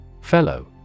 Fellow